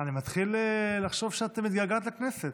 אני מתחיל לחשוב שאת מתגעגעת לכנסת.